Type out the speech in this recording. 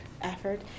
effort